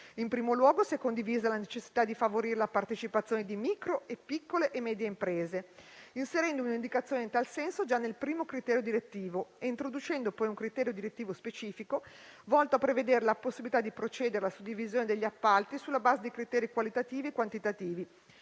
In primo luogo, si è condivisa la necessità di favorire la partecipazione di micro, piccole e medie imprese, inserendo un'indicazione in tal senso già nel primo criterio direttivo e introducendo poi un criterio direttivo specifico volto a prevedere la possibilità di procedere alla suddivisione degli appalti sulla base dei criteri qualitativi e quantitativi;